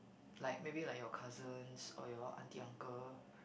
like maybe like your cousins or your auntie uncle